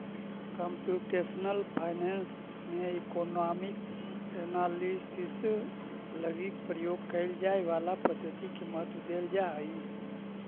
computational finance में economic analysis लगी प्रयोग कैल जाए वाला पद्धति के महत्व देल जा हई